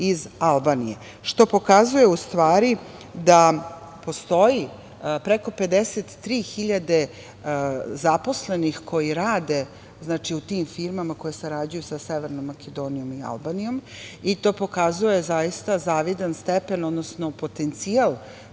iz Albanije. Što u stvari pokazuje da postoji preko 53.000 zaposlenih koji rade u tim firmama koje sarađuju sa Severnom Makedonijom i Albanijom. To zaista pokazuje zavidan stepen, odnosno potencijal